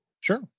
Sure